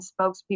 spokespeople